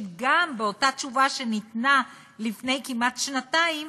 שגם באותה תשובה שניתנה לפני כמעט שנתיים